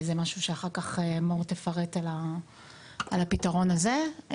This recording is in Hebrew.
אחר כך מור אדר תפרט על הפתרון הזה,